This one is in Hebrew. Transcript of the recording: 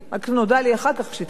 כשהתחלתי לעסוק בכל העניין,